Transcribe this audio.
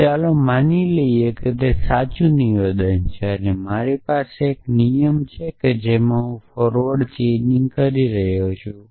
તો ચાલો માની લઈએ કે તે સાચું નિવેદન છે અને મારી પાસે એક નિયમ છે જેમાં હું ફોરવર્ડ ચેઇનિંગકરી રહ્યો છું